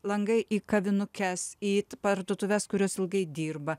langai į kavinukes į parduotuves kurios ilgai dirba